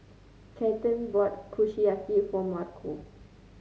Kathyrn bought Kushiyaki for Marco